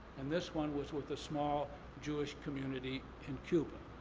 and this one was with a small jewish community in cuba.